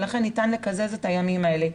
ולכן ניתן לקזז את הימים האלה.